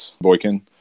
Boykin